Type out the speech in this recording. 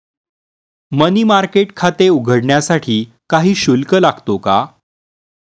मनी market खाते उघडण्यासाठी काही शुल्क लागतो का?